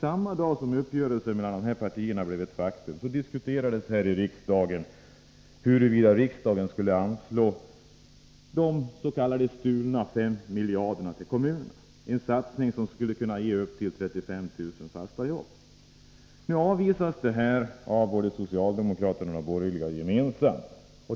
Samma dag som uppgörelsen mellan dessa partier blev ett faktum diskuterades nämligen här i riksdagen huruvida riksdagen skulle anslå de s.k. stulna 5 miljarderna till kommunerna, en satsning som skulle kunna ge upp till 35 000 fasta jobb. Detta avvisades av de borgerliga och socialdemokraterna gemensamt.